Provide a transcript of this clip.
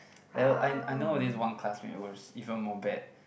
never I I know of this one classmate it was even more bad